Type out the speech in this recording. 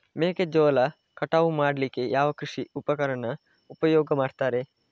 ಮೆಕ್ಕೆಜೋಳ ಕಟಾವು ಮಾಡ್ಲಿಕ್ಕೆ ಯಾವ ಕೃಷಿ ಉಪಕರಣ ಉಪಯೋಗ ಮಾಡ್ತಾರೆ?